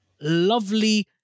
lovely